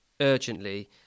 urgently